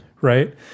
right